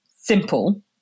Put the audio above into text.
simple